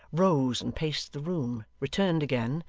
rose and paced the room, returned again,